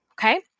okay